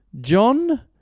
John